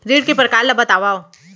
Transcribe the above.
ऋण के परकार ल बतावव?